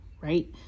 right